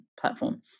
platform